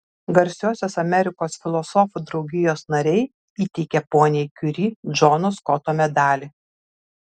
garsiosios amerikos filosofų draugijos nariai įteikia poniai kiuri džono skoto medalį